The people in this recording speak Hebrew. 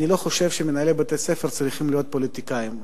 אני לא חושב שמנהלי בתי-הספר צריכים להיות פוליטיקאים.